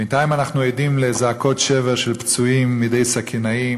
בינתיים אנחנו עדים לזעקות שבר של פצועים מידי סכינאים,